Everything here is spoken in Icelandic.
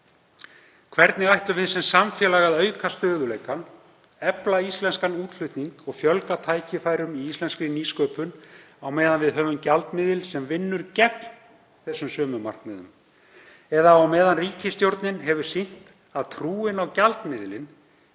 Hvernig ætlum við sem samfélag að auka stöðugleikann, efla íslenskan útflutning og fjölga tækifærum í íslenskri nýsköpun á meðan við höfum gjaldmiðil sem vinnur gegn þessum sömu markmiðum eða á meðan ríkisstjórnin hefur sýnt að trúin á gjaldmiðilinn